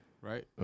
Right